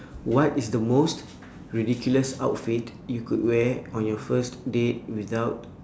what is the most ridiculous outfit you could wear on your first date without